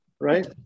right